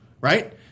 right